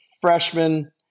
freshman